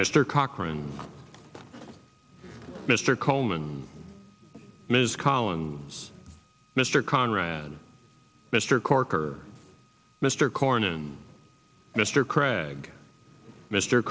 mr cochran mr coleman ms collins mr conrad mr corker mr cornyn mr cragg mr